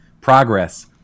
Progress